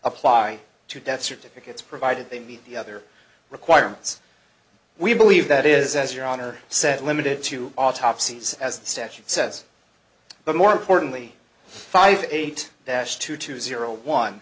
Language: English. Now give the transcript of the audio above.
apply to death certificates provided they meet the other requirements we believe that is as your honor said limited to autopsies as the statute says but more importantly five eight two two zero one